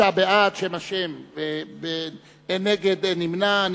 26 בעד, אין נגד ואין נמנעים.